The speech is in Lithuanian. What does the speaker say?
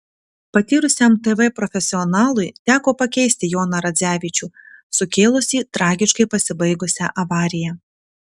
patyrusiam tv profesionalui teko pakeisti joną radzevičių sukėlusį tragiškai pasibaigusią avariją